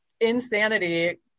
insanity